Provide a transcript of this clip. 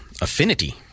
affinity